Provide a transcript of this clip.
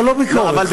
לא, לא ביקורת.